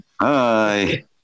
Hi